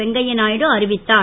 வெங்கய்யா நாயுடு அறிவித்தார்